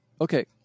Okay